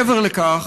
מעבר לכך,